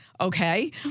okay